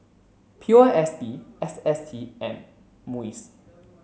P O S B S S T M